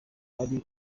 ari